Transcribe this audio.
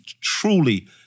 truly